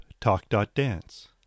Talk.Dance